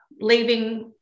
leaving